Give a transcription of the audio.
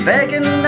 Begging